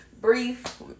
Brief